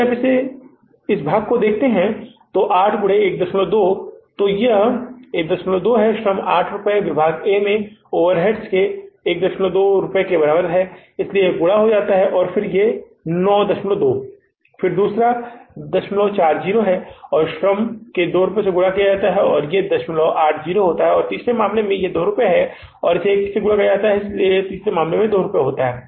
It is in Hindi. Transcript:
यदि आप इस भाग को देखते हैं तो यह 8 गुणा 12 है क्योंकि यह 12 है श्रम का 8 रुपये विभाग ए में ओवरहेड्स के 12 रुपये के बराबर है इसलिए यह 8 गुणा 12 हो जाता है 96 फिर दूसरा है 040 है और श्रम के 2 रुपये से गुणा किया जाता है इसलिए यह 080 है और तीसरे मामले में यह रुपये 2 है और 1 से गुणा किया जाता है इसलिए यह तीसरे मामले में 2 रुपये है